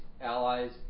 allies